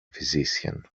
physician